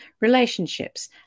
relationships